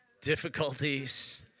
difficulties